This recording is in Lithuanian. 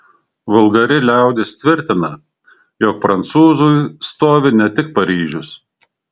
vulgari liaudis tvirtina jog prancūzui stovi ne tik paryžius